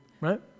right